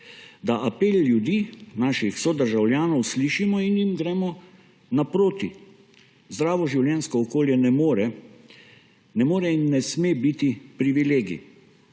Da apel ljudi, naših sodržavljanov slišimo in jim gremo naproti. Zdravo življenjsko okolje ne more in ne sme biti privilegij.